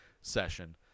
session